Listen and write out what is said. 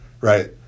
right